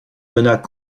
donnât